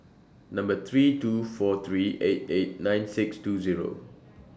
Number three two four three eight eight nine six two Zero